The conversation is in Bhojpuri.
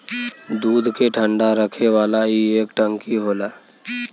दूध के ठंडा रखे वाला ई एक टंकी होला